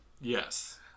Yes